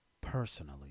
personally